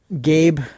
Gabe